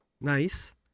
Nice